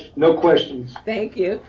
no questions. thank you.